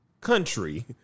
country